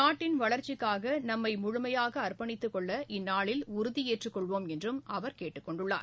நாட்டின் வளர்ச்சிக்காக நம்மை முழுமையாக அர்ப்பணித்துக் கொள்ள இந்நாளில் உறுதியேற்றுக் கொள்வோம் என்றும் அவர் கேட்டுக் கொண்டுள்ளார்